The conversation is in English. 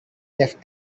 left